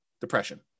depression